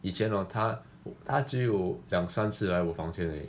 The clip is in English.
以前 hor 他只有两三次来我房间而已